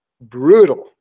brutal